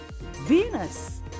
Venus